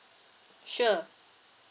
sure